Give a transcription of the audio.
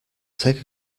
take